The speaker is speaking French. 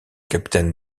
capitaine